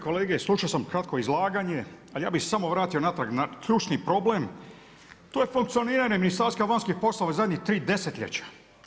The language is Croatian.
kolege, slušao sam kratko izlaganje, ali ja bi samo vratio natrag na ključni problem, to je funkcioniranje Ministarstva vanjskih poslova, zadnjih tri desetljeća.